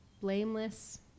blameless